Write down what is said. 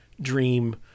dream